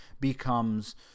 becomes